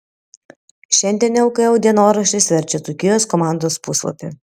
šiandien lkl dienoraštis verčia dzūkijos komandos puslapį